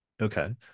Okay